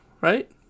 right